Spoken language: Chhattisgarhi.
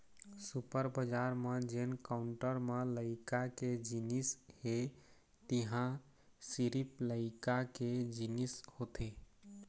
सुपर बजार म जेन काउंटर म लइका के जिनिस हे तिंहा सिरिफ लइका के जिनिस होथे